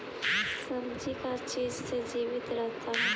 सब्जी का चीज से जीवित रहता है?